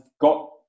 got